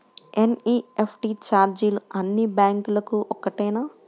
NEFT ఛార్జీలు అన్నీ బ్యాంక్లకూ ఒకటేనా?